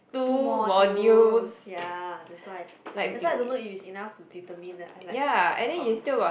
two modules ya that's why that's why I don't know if it's enough to determine that I like accountancy